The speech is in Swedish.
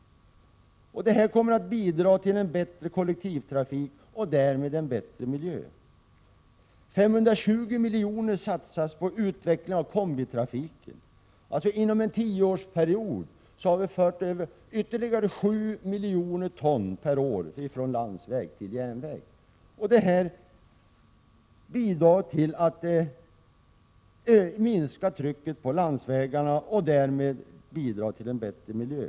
Allt detta kommer att bidra till en bättre kollektivtrafik och därmed också till en bättre miljö. Vidare satsas 520 milj.kr. på utvecklingen av kombitrafiken. Inom en tioårsperiod kommer vi alltså att ha fört över ytterligare 7 miljoner ton gods per år från landsväg till järnväg. Detta bidsar till att trycket på landsvägarna minskas. Därmed får vi en bättre miljö.